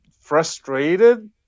frustrated